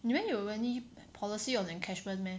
你们有 any policy of encashment meh